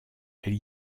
elle